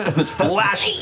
and this flash,